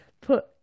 put